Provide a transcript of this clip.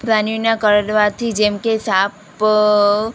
પ્રાણીઓના કરડવાથી જેમકે સાપ